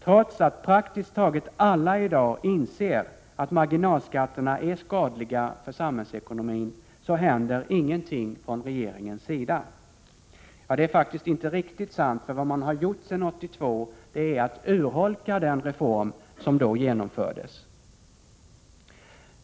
Trots att praktiskt taget alla i dag inser att marginalskatterna är skadliga för samhällsekonomin händer ingenting från regeringens sida. Det är faktiskt inte riktigt sant, för vad man gjort sedan 1982 är att man urholkat den reform som då genomfördes.